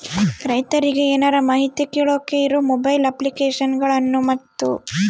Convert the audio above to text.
ರೈತರಿಗೆ ಏನರ ಮಾಹಿತಿ ಕೇಳೋಕೆ ಇರೋ ಮೊಬೈಲ್ ಅಪ್ಲಿಕೇಶನ್ ಗಳನ್ನು ಮತ್ತು?